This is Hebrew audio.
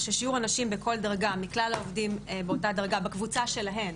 ששיעור הנשים בכל דרגה מכלל העובדים באותה דרגה בקבוצה שלהן